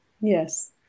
Yes